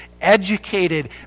educated